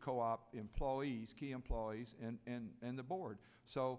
co op employees key employees and the board so